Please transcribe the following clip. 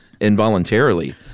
involuntarily